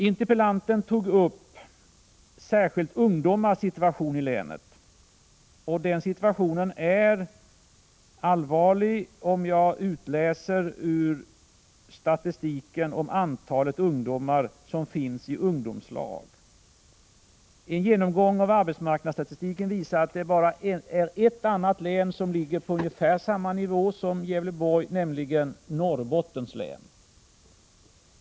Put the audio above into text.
Interpellanten tog särskilt upp ungdomars situation i länet. Den situationen är allvarlig av vad jag kan utläsa ur statistiken av antalet ungdomar i ungdomslag. En genomgång av arbetsmarknadsstatistiken visar att det bara är ett annat län som ligger på ungefär samma nivå som Gävleborg, nämligen Norrbottens län.